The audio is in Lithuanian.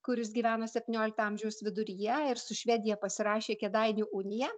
kuris gyveno septyniolikto amžiaus viduryje ir su švedija pasirašė kėdainių uniją